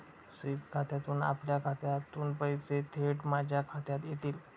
sweep खात्यातून आपल्या खात्यातून पैसे थेट माझ्या खात्यात येतील